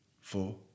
four